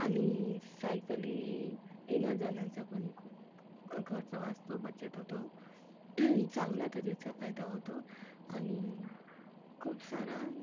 आणि सायकली येण्याजाण्याचा पण खर्च वाचतो बचत होतो चांगल्या तऱ्हेचा फायदा होतो आणि खूप सारा